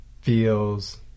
feels